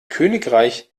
königreich